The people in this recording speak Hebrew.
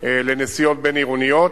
לנסיעות בין-עירוניות,